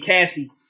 Cassie